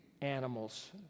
animals